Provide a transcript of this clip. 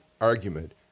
argument